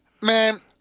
man